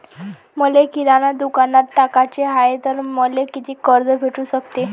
मले किराणा दुकानात टाकाचे हाय तर मले कितीक कर्ज भेटू सकते?